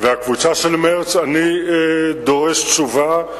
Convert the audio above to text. ולגבי הקבוצה של מרס אני דורש תשובה.